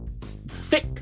thick